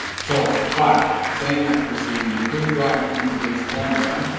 so but saying that christine you could drive into british columbia